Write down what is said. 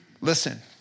Listen